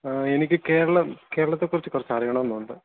എനിക്ക് കേരളം കേരളത്തെക്കുറിച്ചു കുറച്ചറിയണമെന്നുണ്ട്